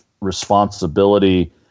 responsibility